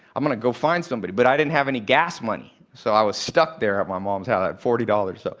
i'm going to go find somebody. but i didn't have any gas money. so i was stuck there at my mom's house. i had forty dollars. so